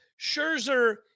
Scherzer